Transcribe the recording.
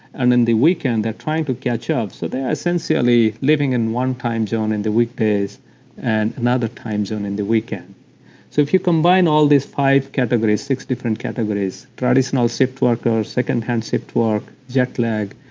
and in the weekend they're trying to catch up. so they are essentially living in one time zone in the weekdays and another time zone in the weekend so if you combine all these five categories. six different categories, traditional shift workers, secondhand shift worker, jet lag,